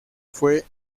fue